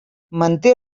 manté